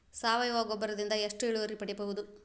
ಸಾವಯವ ಗೊಬ್ಬರದಿಂದ ಎಷ್ಟ ಇಳುವರಿ ಪಡಿಬಹುದ?